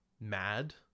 mad